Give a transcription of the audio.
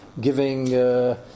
giving